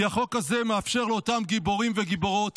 כי החוק הזה מאפשר לאותם גיבורים וגיבורות